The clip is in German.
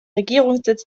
regierungssitz